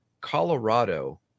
Colorado